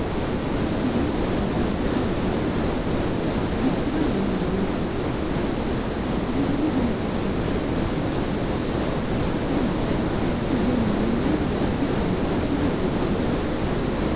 julien rentra de très mauvaise humeur il trouva mme de rênal fort triste vous venez de l'adjudication lui dit-elle oui madame où j'ai eu l'honneur de passer pour l'espion de m le maire